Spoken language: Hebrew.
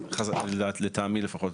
אז לטעמי לפחות,